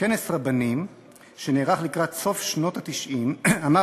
בכנס רבנים שנערך לקראת סוף שנות ה-90 אמר